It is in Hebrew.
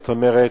זאת אומרת,